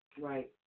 Right